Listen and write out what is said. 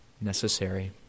necessary